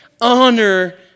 Honor